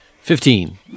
Fifteen